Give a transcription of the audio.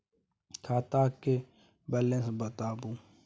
खाता के बैलेंस बताबू?